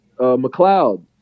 mcleod